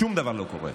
שום דבר לא קורה.